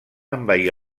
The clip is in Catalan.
envair